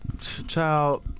Child